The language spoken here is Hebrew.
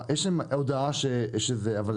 הפגמים, ויושב ראש הרשות יעבירו לאישור הממונה.